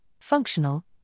functional